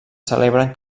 celebren